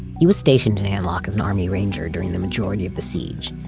he was stationed in an loc as an army ranger during the majority of the siege.